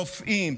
רופאים,